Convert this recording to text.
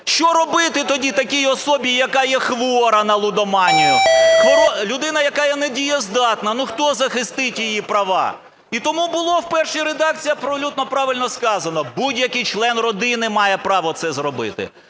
Що робити тоді такій особі, яка є хвора на лудоманію, людина яка є недієздатна, хто захистить ї права? І тому було в першій редакції абсолютно правильно сказано – будь який член родини має право це зробити".